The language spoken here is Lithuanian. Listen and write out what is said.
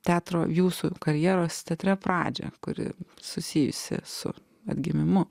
teatro jūsų karjeros teatre pradžia kuri susijusi su atgimimu